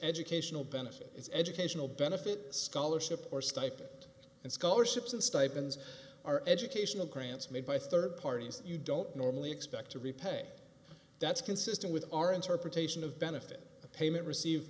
educational benefit it's educational benefit scholarship or stipend and scholarships and stipends are educational grants made by third parties you don't normally expect to repay that's consistent with our interpretation of benefit payment receive